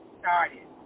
started